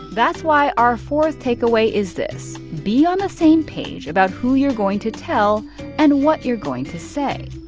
that's why our fourth takeaway is this be on the same page about who you're going to tell and what you're going to say